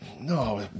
no